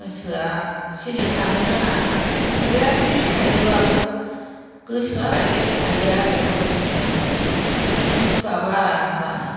गोसोआ सिरि थानो रोङा खुगाया सिरि थायोब्लाबो गोसोआ रायज्लायबाय थायो आरो हर खि सान दुखुआ बारा होमब्लाना